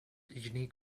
unique